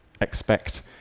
expect